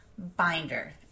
binder